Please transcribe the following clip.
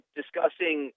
discussing